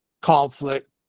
Conflict